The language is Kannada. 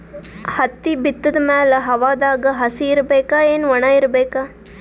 ಹತ್ತಿ ಬಿತ್ತದ ಮ್ಯಾಲ ಹವಾದಾಗ ಹಸಿ ಇರಬೇಕಾ, ಏನ್ ಒಣಇರಬೇಕ?